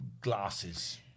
glasses